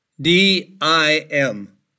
DIM